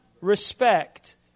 respect